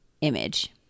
image